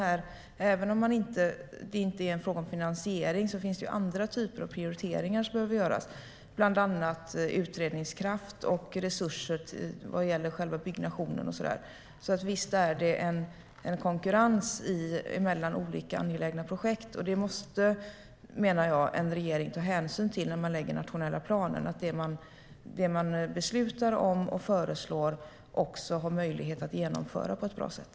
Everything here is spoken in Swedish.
Även om det inte är en fråga om finansiering finns det andra typer av prioriteringar som behöver göras, bland annat utredningskraft och resurser vad gäller själva byggnationen. Visst är det en konkurrens mellan olika angelägna projekt, och det måste en regering ta hänsyn till när man lägger fram nationella planer. Det man föreslår och beslutar ska man ha möjlighet att genomföra på ett bra sätt.